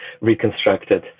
reconstructed